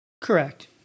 Correct